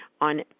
on